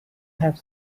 have